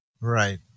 Right